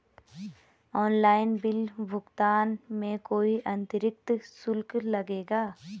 Online bill भुगतान में कोई अतिरिक्त शुल्क लगेगा?